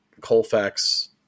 Colfax